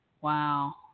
Wow